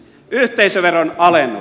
yhteisöveron alennus